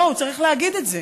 צריך להגיד את זה.